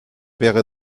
wäre